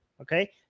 okay